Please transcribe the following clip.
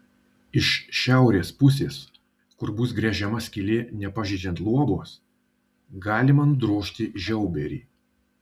iš šiaurės pusės kur bus gręžiama skylė nepažeidžiant luobos galima nudrožti žiauberį